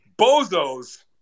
bozos